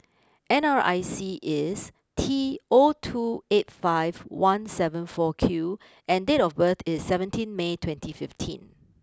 N R I C is T O two eight five one seven four Q and date of birth is seventeen May twenty fifteen